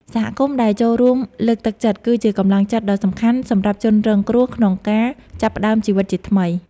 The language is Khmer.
សហគមន៍ដែលចូលរួមលើកទឹកចិត្ត គឺជាកម្លាំងចិត្តដ៏សំខាន់សម្រាប់ជនរងគ្រោះក្នុងការចាប់ផ្តើមជីវិតជាថ្មី។